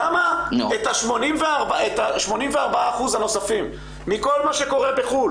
למה את ה-84% הנוספים, מכל מה שקורה בחו"ל